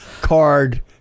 card